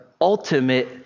ultimate